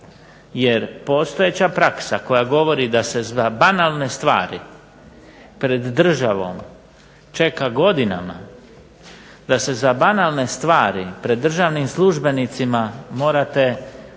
Jer postojeća praksa koja govori da se za banalne stvari pred državom čeka godinama, da se za banalne stvari pred državnim službenicima morate ponižavati